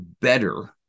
better